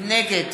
נגד